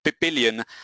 billion